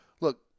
look